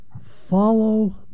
follow